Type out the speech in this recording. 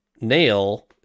Nail